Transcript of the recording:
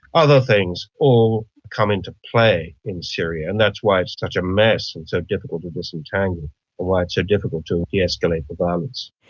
other things all come into play in syria and that's why it's such a mess and so difficult to disentangle, or why it's so difficult to de-escalate the violence.